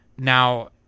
Now